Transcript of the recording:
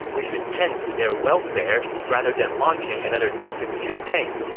we should tend to their welfare rather than launching another distant campaign.